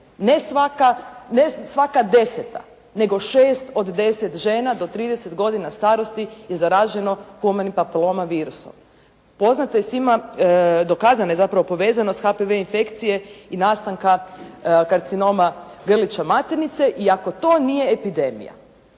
ne svaka 10-ta, nego 6 od 10 žena do 30 godina starosti je zaraženo Humani papiloma virusom. Poznatno je svim, dokazana je zapravo povezanost HPV infekcije i nastanka karcinoma grlića maternice. I ako to nije epidemija,